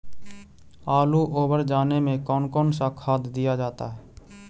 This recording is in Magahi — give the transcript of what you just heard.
आलू ओवर जाने में कौन कौन सा खाद दिया जाता है?